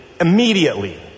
immediately